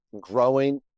growing